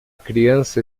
criança